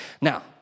Now